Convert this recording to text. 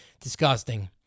Disgusting